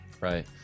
right